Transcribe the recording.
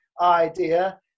idea